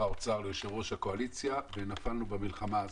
האוצר ליושב-ראש הקואליציה ונפלנו במלחמה הזאת,